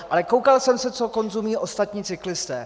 Ale koukal jsem se, co konzumují ostatní cyklisté.